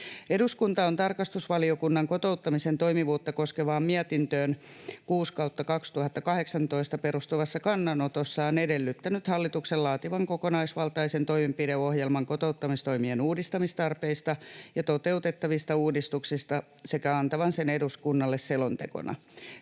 Eduskunta on tarkastusvaliokunnan kotouttamisen toimivuutta koskevaan mietintöön 6/2018 perustuvassa kannanotossaan edellyttänyt hallituksen laativan kokonaisvaltaisen toimenpideohjelman kotouttamistoimien uudistamistarpeista ja toteutettavista uudistuksista sekä antavan sen eduskunnalle selontekona.